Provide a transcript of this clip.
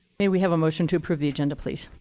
may we have a motion to approve the agenda, please.